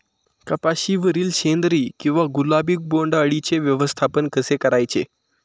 कपाशिवरील शेंदरी किंवा गुलाबी बोंडअळीचे व्यवस्थापन कसे करायचे?